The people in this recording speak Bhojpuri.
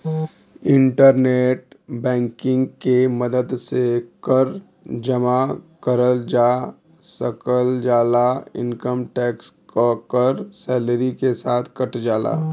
इंटरनेट बैंकिंग के मदद से कर जमा करल जा सकल जाला इनकम टैक्स क कर सैलरी के साथ कट जाला